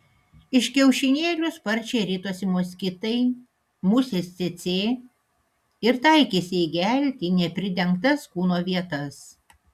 iš kiaušinėlių sparčiai ritosi moskitai musės cėcė ir taikėsi įgelti į nepridengtas kūno vietas